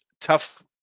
tough